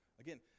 Again